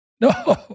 no